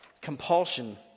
compulsion